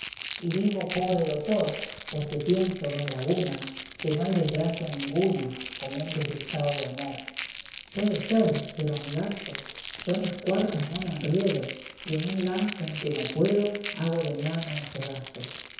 y digo pobre dotor porque pienso don laguna que no hay desgracia ninguna como un desdichado amor puede ser pero amigaso yo en las cuartas no me enriedo y en un lance en que no puedo hago de mi alma un cedaso